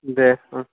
দে অঁ